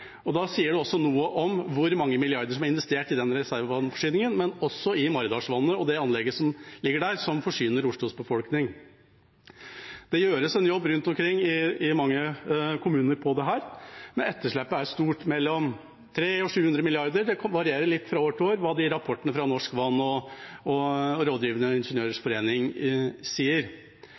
Da sier det også noe om hvor mange milliarder som er investert i den reservevannforsyningen, men også i Maridalsvannet og det anlegget som ligger der, som forsyner Oslos befolkning. Det gjøres en jobb rundt omkring i mange kommuner på dette, men etterslepet er stort – mellom 300 og 700 mrd. kr, det varierer litt fra år til år hva rapportene fra Norsk Vann og Rådgivende Ingeniørers Forening sier. Det betyr også at det er enorme midler som skal på bordet, og